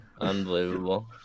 Unbelievable